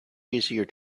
easier